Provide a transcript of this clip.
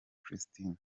kristina